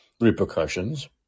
repercussions